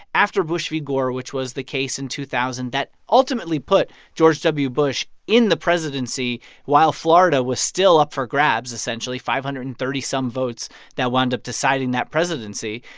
after bush v. gore, which was the case in two thousand that ultimately put george w. bush in the presidency while florida was still up for grabs, essentially five hundred and thirty some votes that wound up deciding that presidency.